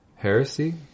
heresy